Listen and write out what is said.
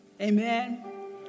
Amen